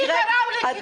מי גרם לקרע הזה בעם?